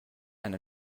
and